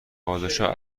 پادشاه